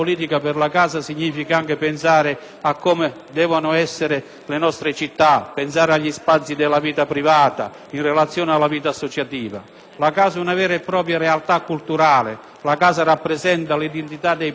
devono sviluppare le nostre città e gli spazi della vita privata in relazione alla vita associativa. La casa è una vera e propria realtà culturale: rappresenta l'identità dei paesi, delle città, dei territori e dei popoli.